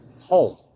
home